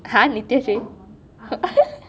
!huh! nityashree